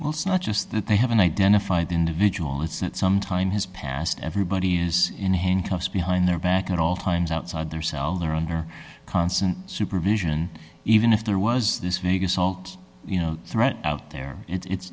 also not just that they haven't identified the individual it's that some time has passed everybody is in handcuffs behind their back at all times outside their cell they're under constant supervision even if there was this mega salt you know threat out there it's